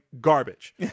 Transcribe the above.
garbage